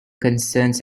concerns